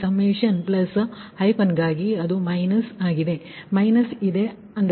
ಕರ್ಣೀಯ ಅಂಶಗಳಿಗೆ summation plus ಹೈಫನ್ಗಾಗಿ ಅದು ಮೈನಸ್ ಇದು ಆಗಿದೆ ಮೈನಸ್ ಇದೆ ಆದ್ದರಿಂದ ಮೈನಸ್ ಇಲ್ಲಿಯೇ ಇದೆ